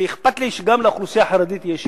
כי אכפת לי שגם לאוכלוסייה החרדית יהיה שיכון.